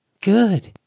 good